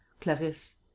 Clarisse